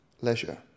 leisure